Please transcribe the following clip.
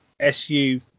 SU